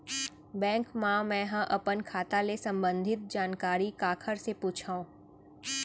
Bank मा मैं ह अपन खाता ले संबंधित जानकारी काखर से पूछव?